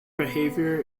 behavior